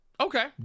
okay